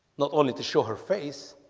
not only to show her face